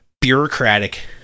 bureaucratic